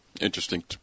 interesting